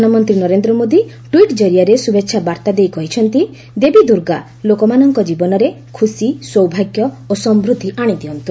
ପ୍ରଧାନମନ୍ତ୍ରୀ ନରେନ୍ଦ୍ର ମୋଦି ଟ୍ୱିଟ୍ ଜରିଆରେ ଶୁଭେଛା ବାର୍ତ୍ତା ଦେଇ କହିଛନ୍ତି ଦେବୀ ଦୁର୍ଗା ଲୋକମାନଙ୍କ ଜୀବନରେ ଖୁସି ସୌଭାଗ୍ୟ ଓ ସମୃଦ୍ଧି ଆଣିଦିଅନ୍ତୁ